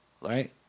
right